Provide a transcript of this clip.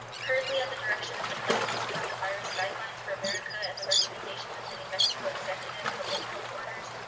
currently, at the direction of the president's coronavirus guidelines for america and the recommendation of the new mexico executive public health orders,